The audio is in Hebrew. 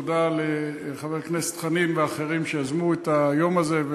תודה לחבר הכנסת חנין ואחרים שיזמו את היום הזה,